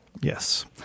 Yes